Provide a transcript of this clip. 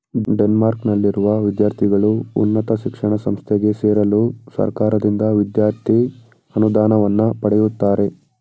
ಡೆನ್ಮಾರ್ಕ್ನಲ್ಲಿರುವ ವಿದ್ಯಾರ್ಥಿಗಳು ಉನ್ನತ ಶಿಕ್ಷಣ ಸಂಸ್ಥೆಗೆ ಸೇರಲು ಸರ್ಕಾರದಿಂದ ವಿದ್ಯಾರ್ಥಿ ಅನುದಾನವನ್ನ ಪಡೆಯುತ್ತಾರೆ